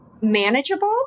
manageable